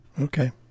Okay